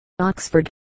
Oxford